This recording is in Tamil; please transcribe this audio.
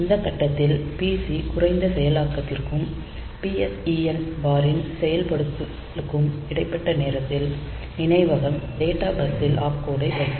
இந்த கட்டத்தில் PC குறைந்த செயலாக்கத்திற்கும் PSEN பார் ன் செயல்படுத்தலுக்கும் இடைப்பட்ட நேரத்தில் நினைவகம் டேட்டா பஸ்ஸில் ஆப்கோடை வைக்கும்